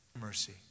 mercy